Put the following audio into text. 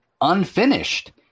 unfinished